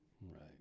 Right